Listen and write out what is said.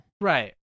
Right